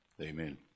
Amen